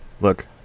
Look